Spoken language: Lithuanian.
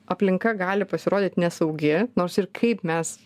aplinka gali pasirodyt nesaugi nors ir kaip mes